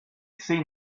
seen